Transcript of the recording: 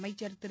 அமைச்சள் திரு